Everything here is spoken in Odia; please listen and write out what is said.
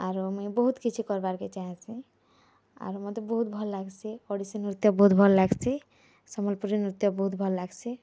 ଆରୁ ମୁଇଁ ବହୁତ୍ କିଛି କର୍ବାକେ ଚାହେସିଁ ଆର୍ ମତେ ବହୁତ୍ ଭଲ୍ ଲାଗ୍ସି ଓଡ଼ିଶୀ ନୃତ୍ୟ ବହୁତ୍ ଭଲ୍ ଲାଗ୍ସି ସମଲ୍ପୁରୀ ନୃତ୍ୟ ବହୁତ୍ ଭଲ୍ ଲାଗ୍ସି